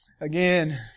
Again